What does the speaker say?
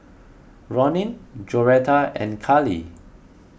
Ronin Joretta and Kali